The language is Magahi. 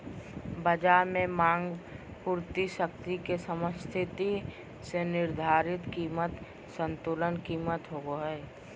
बज़ार में मांग पूर्ति शक्ति के समस्थिति से निर्धारित कीमत संतुलन कीमत होबो हइ